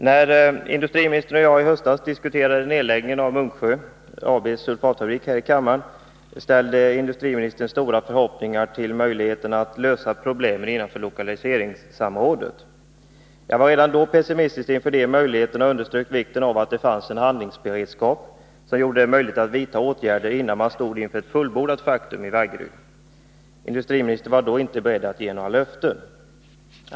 När industriministern och jag i höstas här i kammaren diskuterade nedläggningen av Munksjö AB:s sulfatfabrik ställde industriministern stora förhoppningar till möjligheterna att lösa problemen inom ramen för lokaliseringssamrådet. Jag var redan då pessimistisk inför de möjligheterna och underströk vikten av att det fanns en handlingsberedskap, som gjorde det möjligt att vidta åtgärder innan man stod inför ett fullbordat faktum i Vaggeryd. Industriministern var då inte beredd att ge några löften.